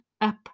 up